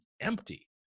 empty